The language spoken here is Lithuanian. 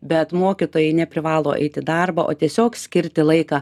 bet mokytojai neprivalo eit į darbą o tiesiog skirti laiką